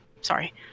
Sorry